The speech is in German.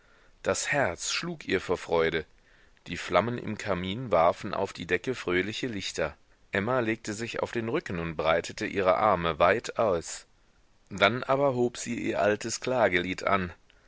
das herz schlug ihr vor freude die flammen im kamin warfen auf die decke fröhliche lichter emma legte sich auf den rücken und breitete ihre arme weit aus dann aber hob sie ihr altes klagelied an